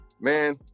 Man